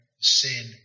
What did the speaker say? sin